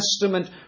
Testament